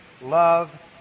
Love